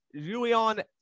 Julian